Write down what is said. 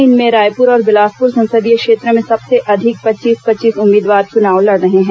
इनमें रायपूर और बिलासपूर संसदीय क्षेत्र में सबसे अधिक पच्चीस पच्चीस उम्मीदवार चुनाव लड़ रहे हैं